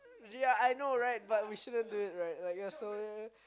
yea I know right but we shouldn't do it right